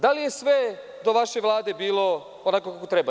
Da li je sve do vaše Vlade bilo onako kako treba?